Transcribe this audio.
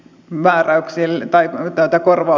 määräyksille tai tätä korvaa